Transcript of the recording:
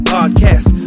Podcast